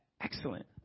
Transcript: excellent